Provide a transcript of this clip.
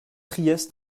priest